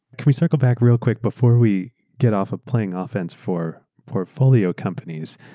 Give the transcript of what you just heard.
can we circle back real quick before we get off ah playing ah offense for portfolio companies.